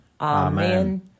Amen